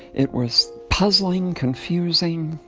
it was puzzling, confusing,